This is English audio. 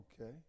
Okay